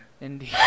Indeed